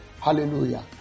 Hallelujah